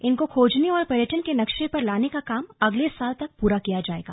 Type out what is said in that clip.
इनको खोजने और पर्यटन के नक्शे पर लाने का काम अगले साल तक पूरा किया जाएगा